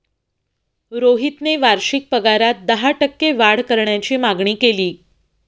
रोहितने वार्षिक पगारात दहा टक्के वाढ करण्याची मागणी केली